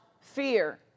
fear